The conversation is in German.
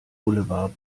boulevard